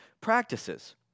practices